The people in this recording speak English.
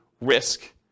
risk